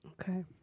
Okay